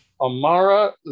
Amara